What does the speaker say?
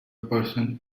person